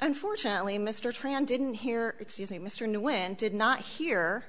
unfortunately mr tran didn't hear excuse me mr know when did not hear